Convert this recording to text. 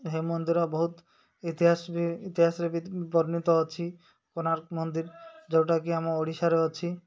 ହେ ମନ୍ଦିର ବହୁତ ଇତିହାସ ବି ଇତିହାସରେ ବି ବର୍ଣ୍ଣିତ ଅଛି କୋଣାର୍କ ମନ୍ଦିର ଯେଉଁଟାକି ଆମ ଓଡ଼ିଶାରେ ଅଛି